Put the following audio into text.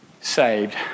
saved